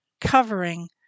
covering